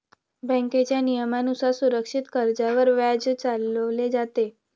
बँकेच्या नियमानुसार सुरक्षित कर्जावर व्याज चालवले जाते